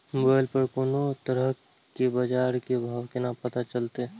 Mobile पर कोनो तरह के बाजार के भाव केना पता चलते?